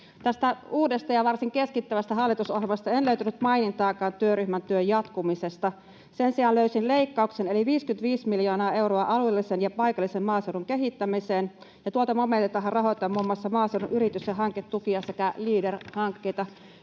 Tästä uudesta ja varsin keskittävästä hallitusohjelmasta en löytänyt mainintaakaan työryhmän työn jatkumisesta. Sen sijaan löysin leikkauksen, eli 55 miljoonaa euroa alueellisen ja paikallisen maaseudun kehittämisestä, ja tuolta momentiltahan rahoitetaan muun muassa maaseudun yritys- ja hanketukia sekä Leader-hankkeita.